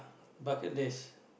bucket list